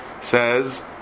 says